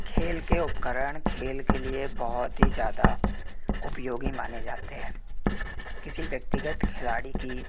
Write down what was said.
खेल के उपकरण खेल के लिए बहुत ही ज़्यादा उपयोगी माने जाते हैं किसी व्यक्तिगत खिलाड़ी की